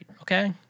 okay